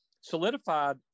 solidified